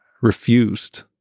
refused